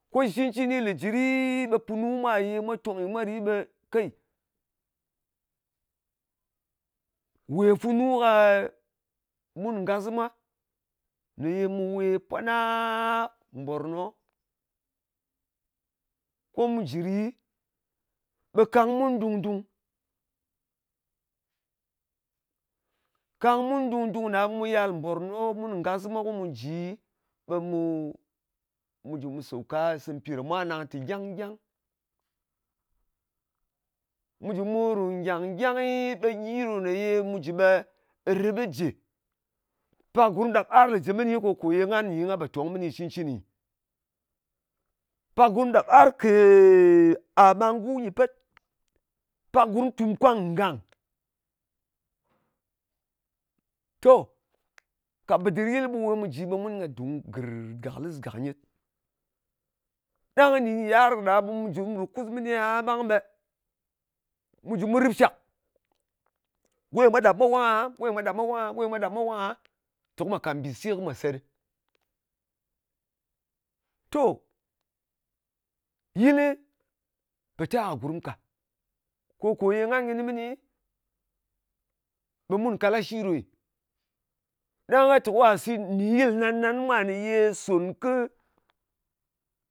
Ko shli cɨn-cɨni lē jɨ ɗi, ɓe punu mwa ye mwa tong nyli mwa ɗi ɓe, kei, wè funu ka, mun ngas mwa ne yē mu we pwanaa, mbòrno ko mu jɨ ɗi, ɓe kàng mun dung dung. Kang mun dung dung ɗa ɓe mu yal mbòrno, mun ngas mwa, ko mu ji, ɓe mu jɨ mu sawka, sɨm pi ɗa mwa nanng tè gyang gyang. Mu jɨ mu rù ngyàng-ngyangɨ, ɓe rip ɓi jɨ. Pak gurm ɗap ar lè jɨ mɨni, ko kòye ngàn nyi nga pò tong mɨni shɨ cɨn-cɨnɨ nyɨ. Pak gurm ɗap ar kēēē ar mangu nyɨ pet. Pak gurm tum kwang ngàng. To, ka bɨdɨr yɨl, ɓe mu we mu ji ɓe mun ka dung gɨrrrrr gàklis gàk nyet. Ɗang ka ɗin kɨ yiar kí ɗa, ɓe mu jɨ mu rù kus mɨni gaha ɓang ɓe, mu jɨ mu rɨp shak. Go nyɨ mwa ɗap mwa wang aha, go nyɨ mwa ɗàp mwa wang aha, go nyɨ mwa ɗap mwa wang aha te ko mwa kàt mbìse ko mwa se ɗɨ. To yɨlɨ pò ta kɨ gurm ka. Ko ko ye ngan kɨnɨ mɨni, ɓe mun kalashi nyɨ, ɗang gha te kwa sit nɗin yɨl nan nan mwa ne ye son kɨ